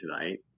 tonight